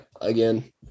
again